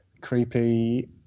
creepy